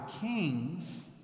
kings